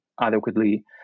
adequately